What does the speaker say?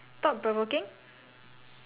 orh oh shucks I run out of stories